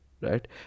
right